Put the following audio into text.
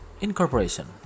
Incorporation